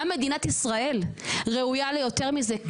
גם מדינת ישראל ראויה ליותר מזה.